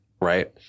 right